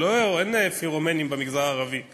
אין במגזר הערבי פירומנים,